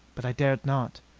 but i dared not.